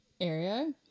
area